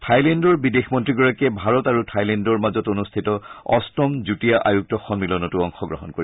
থাইলেণ্ডৰ বিদেশমন্ত্ৰীগৰাকীয়ে ভাৰত আৰু থাইলেণ্ডৰ মাজত অনুষ্ঠিত অষ্টম যুটীয়া আয়ুক্ত সম্মিলনতো অশগ্ৰহণ কৰিব